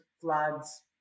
floods